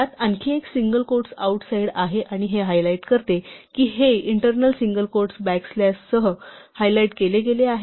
यात आणखी एक सिंगल क्वोट्स आऊट साईड आहे आणि हे हायलाईट करते की हे इंटरनल सिंगल क्वोट्स बॅक स्लॅशसह हायलाइट केले गेले आहे